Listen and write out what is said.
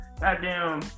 goddamn